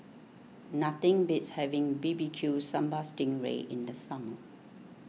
nothing beats having B B Q Sambal Sting Ray in the summer